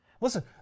Listen